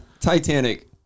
Titanic